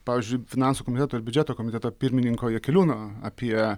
pavyzdžiui finansų komiteto ir biudžeto komiteto pirmininko jakeliūno apie